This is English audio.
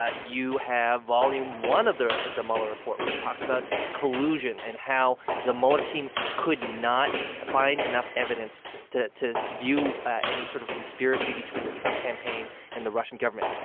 ah you have volume one of the the mueller report which talks about collusion and how the mueller team could not find enough evidence to to view any sort of conspiracy between the trump campaign and the russian government.